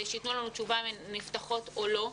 שייתנו לנו תשובה אם התוכניות נפתחות או לא,